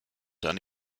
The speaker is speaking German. dann